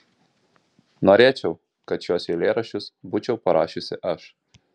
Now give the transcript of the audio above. norėčiau kad šiuos eilėraščius būčiau parašiusi aš